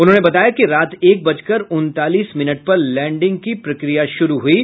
उन्होंने बताया कि रात एक बजकर उनतालीस मिनट पर लैंडिंग की प्रक्रिया शुरू हुयी